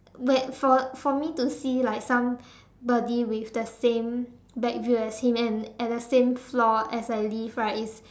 when for for me to see like somebody with the same back view as him and at the same floor as I live right it's